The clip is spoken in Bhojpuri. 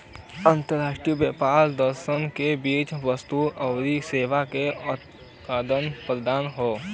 अंतर्राष्ट्रीय व्यापार देशन के बीच वस्तु आउर सेवा क आदान प्रदान हौ